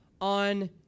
on